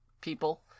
people